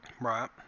Right